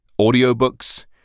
audiobooks